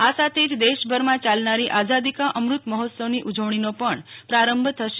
આ સાથે જ દેશભરમાં યાલનારી આઝાદી કા અમૃત મહોત્સવ ની ઉજવણીનો પણ પ્રારંભ થશે